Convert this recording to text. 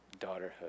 daughterhood